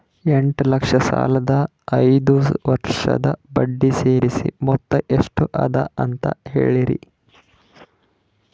ಎಂಟ ಲಕ್ಷ ಸಾಲದ ಐದು ವರ್ಷದ ಬಡ್ಡಿ ಸೇರಿಸಿ ಮೊತ್ತ ಎಷ್ಟ ಅದ ಅಂತ ಹೇಳರಿ?